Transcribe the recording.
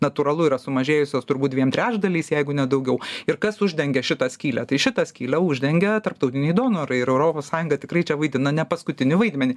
natūralu yra sumažėjusios turbūt dviem trečdaliais jeigu ne daugiau ir kas uždengia šitą skylę tai šitą skylę uždengia tarptautiniai donorai ir europos sąjunga tikrai čia vaidina nepaskutinį vaidmenį